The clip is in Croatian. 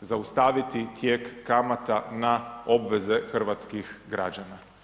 zaustaviti tijek kamata na obveze hrvatskih građana.